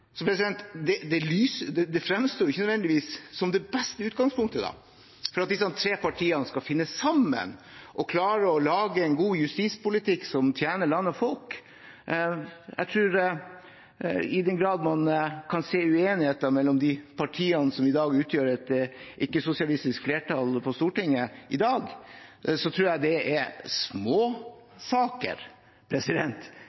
Det framstår ikke nødvendigvis som det beste utgangspunktet for at disse tre partiene skal finne sammen og klare å lage en god justispolitikk som tjener land og folk. I den grad man kan se uenigheter mellom de partiene som i dag utgjør et ikke-sosialistisk flertall på Stortinget, tror jeg det er småsaker i forhold til det vi kommer til å se dersom det